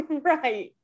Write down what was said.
Right